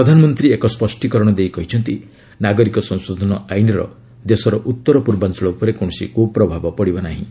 ପ୍ରଧାନମନ୍ତ୍ରୀ ଏକ ସ୍ୱଷ୍ଟୀକରଣ ଦେଇ କହିଛନ୍ତି ନାଗରିକ ସଂଶୋଧନ ଆଇନର ଦେଶର ଉତ୍ତର ପୂର୍ବାଞ୍ଚଳ ଉପରେ କୌଣସି କୁପ୍ରଭାବ ପଡ଼ିବ ନାହିଁ